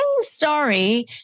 sorry